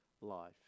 life